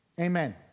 Amen